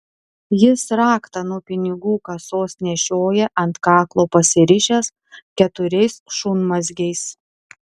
jis raktą nuo pinigų kasos nešioja ant kaklo pasirišęs keturiais šunmazgiais